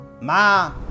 Ma